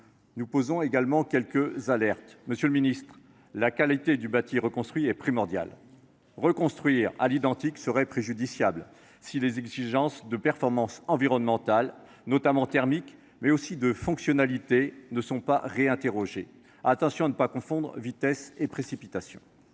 Nous lançons également quelques alertes. Monsieur le ministre, la qualité du bâti reconstruit est primordiale. Reconstruire à l’identique serait préjudiciable si les exigences de performances environnementales, notamment thermiques, mais aussi de fonctionnalité n’étaient pas réinterrogées. Attention à ne pas confondre vitesse et précipitation